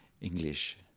English